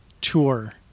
tour